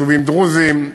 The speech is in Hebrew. היישובים הדרוזיים,